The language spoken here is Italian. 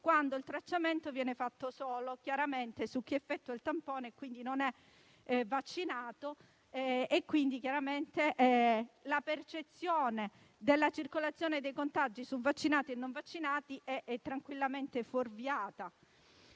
laddove il tracciamento viene fatto, chiaramente, solo su chi effettua il tampone e, quindi, non è vaccinato. Pertanto, la percezione della circolazione dei contatti su vaccinati e non vaccinati è tranquillamente fuorviata.